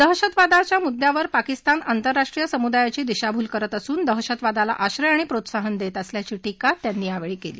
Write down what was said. दहशतवाद्याच्या मुद्द्यावर पाकिस्तान आंतरराष्ट्रीय समुदायाची दिशाभूल करत असून दहशतवादाला आश्रय आणि प्रोत्साहन देत असल्याची टिका त्यांनी केली